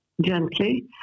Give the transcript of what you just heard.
gently